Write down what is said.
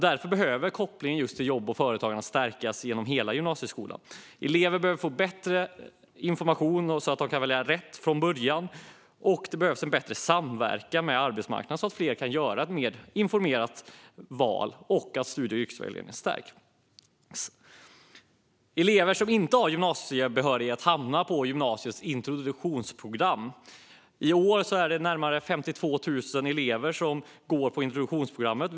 Därför behöver kopplingen till jobb och företagande stärkas genom hela gymnasieskolan. Eleverna behöver få bättre information så att de kan välja rätt från början, och det behövs bättre samverkan med arbetsmarknaden så att fler kan göra ett informerat val. Studie och yrkesvägledningen behöver också stärkas. Elever som inte har gymnasiebehörighet hamnar på gymnasiets introduktionsprogram. Detta läsår är det närmare 52 000 elever som går på introduktionsprogrammet.